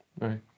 Right